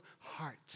heart